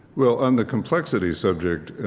well, on the complexity subject,